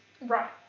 Right